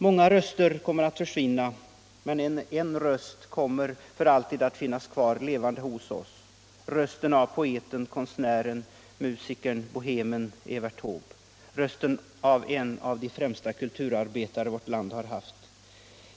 Många röster kommer att försvinna, men en röst kommer för alltid att finnas kvar, levande hos oss — rösten av poeten, konstnären, musikern och bohemen Evert Taube, rösten av en av de främsta kulturarbetare vårt land har haft.